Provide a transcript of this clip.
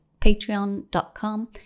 patreon.com